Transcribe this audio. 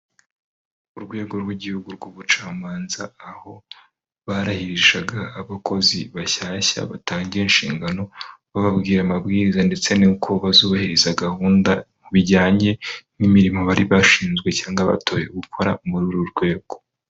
Urwego rw'igihugu rw'ubucamanza aho barahirishaga abakozi bashyashya batangiye inshingano bababwira amabwiriza ndetse n'uko bazubahiriza gahunda bijyanye n'imirimo bari bashinzwe cyangwa batoye gukora muri uru rwego.